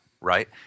right